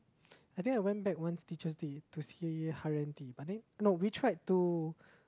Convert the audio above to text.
I think I went back once Teacher's Day to see Haryanti but then no we tried to